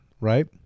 right